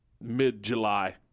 mid-July